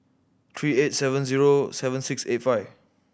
three eight seven zero seven six eight five